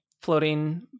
floating